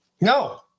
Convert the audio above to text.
No